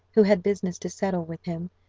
who had business to settle with him,